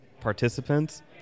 participants